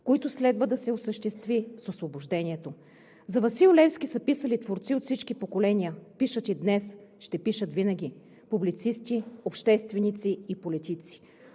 които следва да се осъществят с освобождението. За Васил Левски са писали творци от всички поколения, пишат и днес, ще пишат винаги публицисти, общественици и политици.